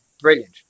brilliant